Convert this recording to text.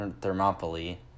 Thermopylae